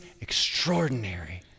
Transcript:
extraordinary